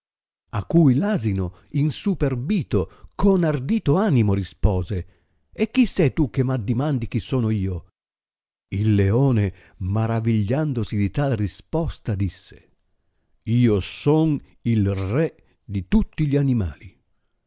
a cui r asino insuperbito con ardito animo rispose e chi se tu che m addimandi chi sono io il leone maravigliandosi di tal risposta disse io son il re di tutti gli animali